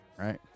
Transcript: Right